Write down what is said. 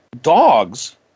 dogs